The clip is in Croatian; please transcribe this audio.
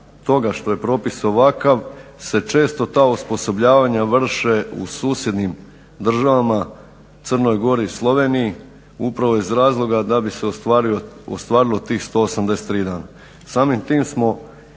toga što je propis ovakav se često ta osposobljavanja vrše u susjednim državama, Crnoj Gori i Sloveniji upravo iz razloga da bi se ostvarilo tih 183 dana. Samim tim smo